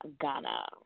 Ghana